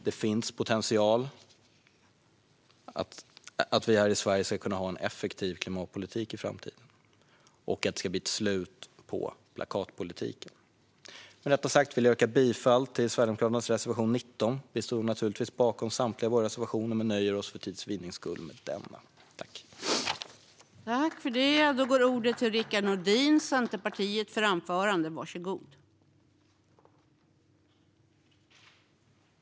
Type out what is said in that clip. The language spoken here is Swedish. Det finns potential att vi här i Sverige ska kunna ha en effektiv klimatpolitik i framtiden och att det ska bli ett slut på plakatpolitiken. Med detta sagt vill jag yrka bifall till Sverigedemokraternas reservation nr 19. Vi står naturligtvis bakom samtliga våra reservationer men nöjer oss för tids vinnande med att yrka bifall till denna.